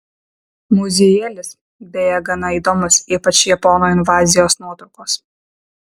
muziejėlis beje gana įdomus ypač japonų invazijos nuotraukos